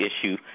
issue